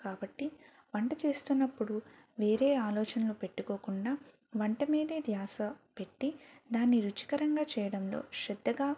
కాబట్టి వంట చేస్తున్నప్పుడు వేరే ఆలోచనలు పెట్టుకోకుండా వంట మీదే ధ్యాస పెట్టి దాన్ని రుచికరంగా చేయడంలో శ్రద్ధగా